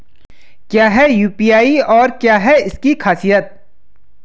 क्या है यू.पी.आई और क्या है इसकी खासियत?